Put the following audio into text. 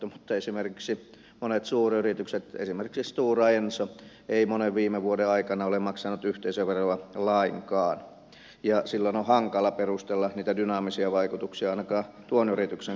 mutta esimerkiksi monet suuryritykset esimerkiksi stora enso eivät monen viime vuoden aikana ole maksaneet yhteisöveroa lainkaan ja silloin on hankala perustella niitä dynaamisia vaikutuksia ainakaan tuon yrityksen kohdalla